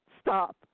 Stop